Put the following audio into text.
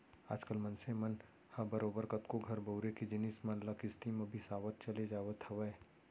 आज कल मनसे मन ह बरोबर कतको घर बउरे के जिनिस मन ल किस्ती म बिसावत चले जावत हवय